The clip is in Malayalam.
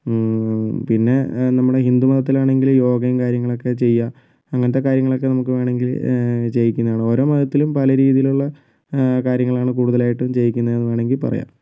പിന്നേ നമ്മുടെ ഹിന്ദു മതത്തിലാണെങ്കിൽ യോഗയും കാര്യങ്ങളൊക്കെ ചെയ്യുക അങ്ങനത്തെ കാര്യങ്ങളൊക്കെ നമുക്ക് വേണമെങ്കിൽ ചെയ്യിക്കുന്നതാണ് ഓരോ മതത്തിലും പല രീതിയിലുള്ള കാര്യങ്ങളാണ് കൂടുതലായിട്ടും ചെയ്യിക്കുന്നതെന്ന് വേണമെങ്കിൽ പറയാം